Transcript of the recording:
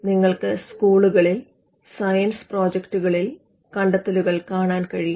നിങ്ങൾക്ക് സ്കൂളുകളിൽ സയൻസ് പ്രോജക്റ്റുകളിൽ കണ്ടെത്തലുകൾ കാണാൻ കഴിയും